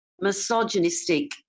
misogynistic